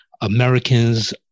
Americans